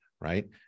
right